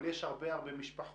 אבל יש הרבה משפחות